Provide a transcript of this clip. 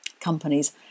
companies